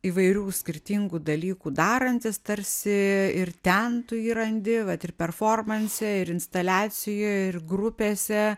įvairių skirtingų dalykų darantis tarsi ir ten tu jį randi vat ir performanse ir instaliacijoj ir grupėse